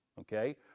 Okay